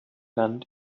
land